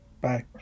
Bye